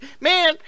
man